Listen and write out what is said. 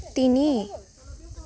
তিনি